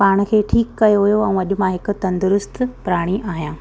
पाण खे ठीकु कयो हुओ ऐं अॼु मां हिकु तंदुरुस्त प्राणी आहियां